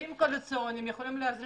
כספים קואליציוניים יכולים להזרים